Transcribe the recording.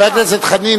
חבר הכנסת חנין,